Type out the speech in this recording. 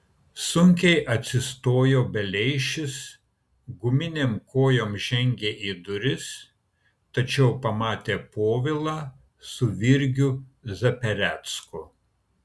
sunkiai atsistojo beleišis guminėm kojom žengė į duris tačiau pamatė povilą su virgiu zaperecku